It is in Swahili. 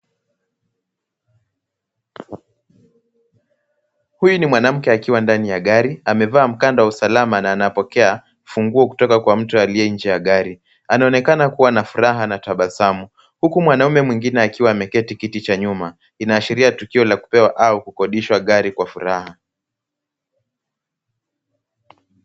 Huyu ni mwanamke akiwa ndani ya gari amevaa mkanda wa usalama na anapokea funguo kutoka kwa mtu aliye nje ya gari anaonekana kuwa na furaha na tabasamu ,huku mwanaume mwingine akiwa ameketi kiti cha nyuma inaashiria tukio la kupewa au kukodishwa gari kwa furaha.